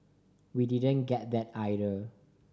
we didn't get that either